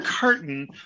carton